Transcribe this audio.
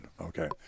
Okay